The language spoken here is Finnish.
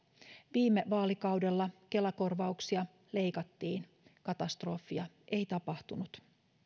viime vaalikaudella kela korvauksia leikattiin katastrofia ei tapahtunut